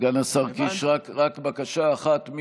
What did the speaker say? סגן השר קיש, רק בקשה אחת.